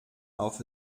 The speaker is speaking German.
auf